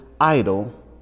idol